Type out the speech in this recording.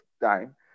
time